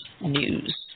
news